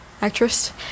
actress